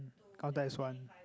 counted as one